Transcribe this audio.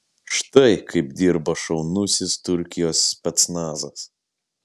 štai kaip dirba šaunusis turkijos specnazas